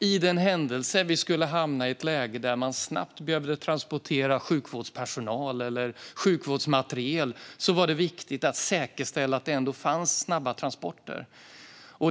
I den händelse vi skulle hamna i ett läge där man snabbt behövde transportera sjukvårdspersonal eller sjukvårdsmateriel var det viktigt att säkerställa att det ändå fanns snabba transporter.